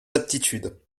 aptitudes